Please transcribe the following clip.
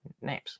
Names